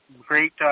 great